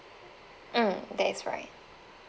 mm that is right